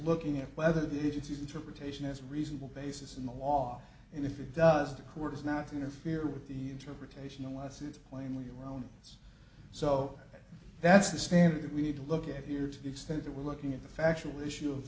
looking at whether the agency's interpretation has reasonable basis in the law and if it does the court does not interfere with the interpretation unless it's plainly around so that's the standard that we need to look at here to the extent that we're looking at the factual issue of